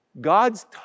God's